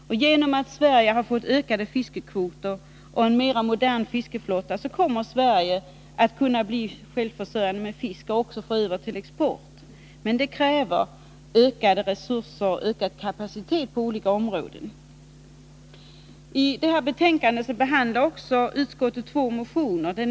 Till följd av att Sverige fått ökade fiskekvoter och en mer modern fiskeflotta kommer Sverige att kunna bli självförsörjande med fisk och också få över till export. Men det kräver ökade resurser och ökad kapacitet på olika områden. Isitt betänkande 37 behandlar utskottet också två motioner.